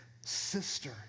sister